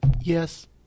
yes